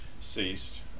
ceased